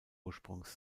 ursprungs